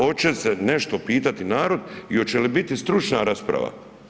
Oće se nešto pitati narod i oće li biti stručna rasprava?